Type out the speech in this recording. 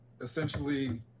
essentially